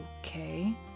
Okay